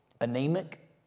Anemic